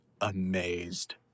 amazed